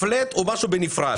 ה-פלט הוא משהו בנפרד.